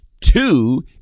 Two